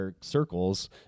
circles